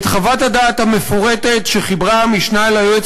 את חוות הדעת המפורטת שחיברה המשנה ליועץ